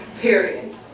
period